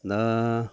दा